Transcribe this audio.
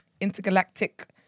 intergalactic